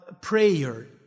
prayer